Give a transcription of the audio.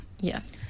Yes